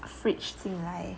fridge 进来